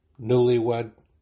newlywed